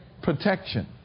protection